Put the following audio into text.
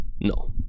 no